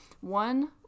one